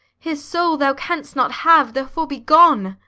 his soul thou canst not have therefore, be gone.